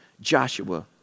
Joshua